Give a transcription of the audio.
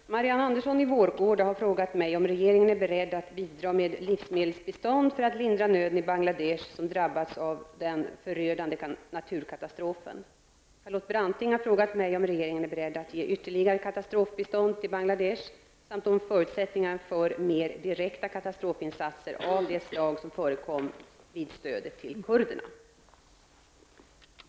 Herr talman! Marianne Andersson i Vårgårda har frågat mig om regeringen är beredd att bidra med livsmedelsbistånd för att lindra nöden i Bangladesh som drabbats av den förödande naturkatastrofen. Charlotte Branting har frågat mig om regeringen är beredd att ge ytterligare katastrofbistånd till Bangladesh samt om förutsättningar för mer direkta katastrofinsatser av det slag som förekom vid stödet till kurderna.